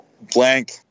blank